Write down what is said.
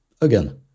Again